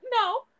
No